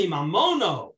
Mamono